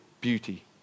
beauty